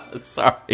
Sorry